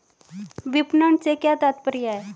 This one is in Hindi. विपणन से क्या तात्पर्य है?